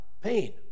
pain